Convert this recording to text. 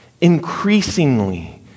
Increasingly